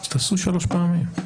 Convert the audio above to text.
אז תעשו שלוש פעמים.